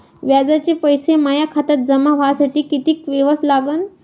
व्याजाचे पैसे माया खात्यात जमा व्हासाठी कितीक दिवस लागन?